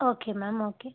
okay ma'am okay